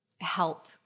help